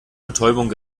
betäubung